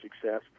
success